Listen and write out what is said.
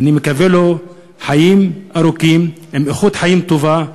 אני מאחל לו חיים ארוכים באיכות חיים טובה.